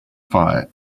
fire